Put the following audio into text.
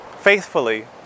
faithfully